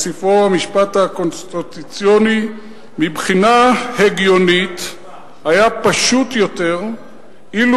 בספרו "המשפט הקונסטיטוציוני": "מבחינה הגיונית היה פשוט יותר אילו